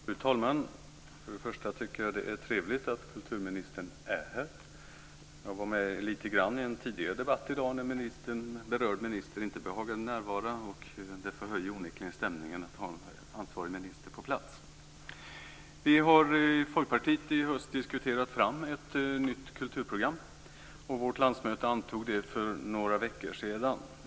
Fru talman! Först och främst tycker jag att det är trevligt att kulturministern är här. Jag deltog lite grann i en tidigare debatt i dag där berörd minister inte behagade närvara. Det förhöjer ju onekligen stämningen att ha ansvarig minister på plats. Vi har i Folkpartiet i höst diskuterat fram ett nytt kulturprogram som vårt landsmöte antog för några veckor sedan.